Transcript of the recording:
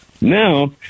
Now